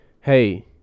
hey